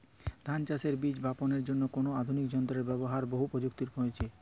ধান চাষের বীজ বাপনের জন্য কোন আধুনিক যন্ত্রের ব্যাবহার বহু প্রচলিত হয়েছে?